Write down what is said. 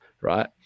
right